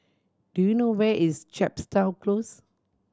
do you know where is Chepstow Close